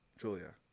Julia